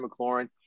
McLaurin